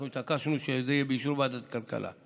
אנחנו התעקשנו שזה יהיה באישור ועדת הכלכלה,